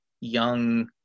young